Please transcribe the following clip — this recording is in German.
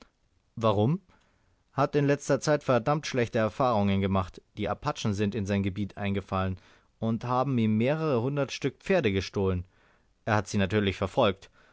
warum hat in letzter zeit verdammt schlechte erfahrungen gemacht die apachen sind in sein gebiet eingefallen und haben ihm mehrere hundert stück pferde gestohlen er hat sie natürlich verfolgt